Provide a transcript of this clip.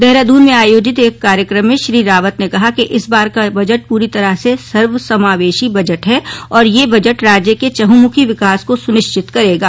देहरादून में आयोजित एक कार्यक्रम में श्री रावत ने कहा कि इस बार का बजट पूरी तरह से सर्वसमावेशी बेजट है और यह बजट राज्य के चहुमुखी विकास को सुनिश्चित करेगा